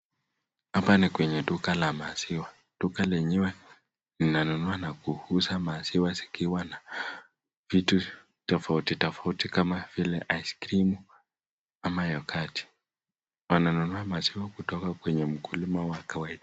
Hapa ni penye duka la maziwa duka lenyewe unanunua na kuuza maziwa zikiwa na vitu tofauti tofauti, kama vile ice cream ,ama yogati wananunua maziwa kutoka kwenye mkulima kawaida.